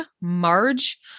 Marge